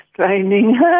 training